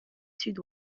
sud